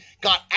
got